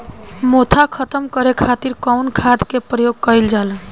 मोथा खत्म करे खातीर कउन खाद के प्रयोग कइल जाला?